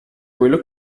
quello